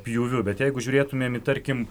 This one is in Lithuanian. pjūviu bet jeigu žiūrėtumėm į tarkim